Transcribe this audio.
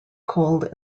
cold